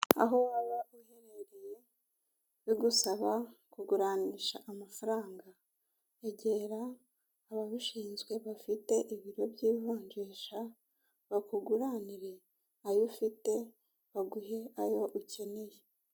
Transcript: Aho waba uherereye bigusaba kuguranisha amafaranga, egera ababishinzwe bafite ibiro by'ivunjisha, bakuguranire ayo ufite baguhe ayo ukeneye.